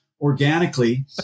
organically